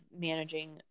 managing